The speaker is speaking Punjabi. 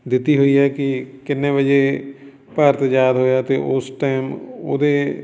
ਦਿੱਤੀ ਹੋਈ ਹੈ ਕਿ ਕਿੰਨੇ ਵਜੇ ਭਾਰਤ ਆਜ਼ਾਦ ਹੋਇਆ ਅਤੇ ਉਸ ਟਾਈਮ ਉਹਦੇ